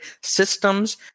systems